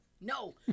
No